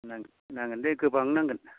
नां नांगोन दे गोबां नांगोन